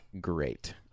great